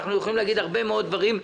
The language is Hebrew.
אנחנו יכולים להגיד הרבה מאוד דברים,